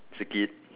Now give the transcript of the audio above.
it's a kid